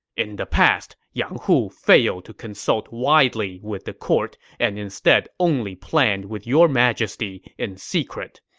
in the past, yang hu failed to consult widely with the court and instead only planned with your majesty in secret.